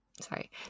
sorry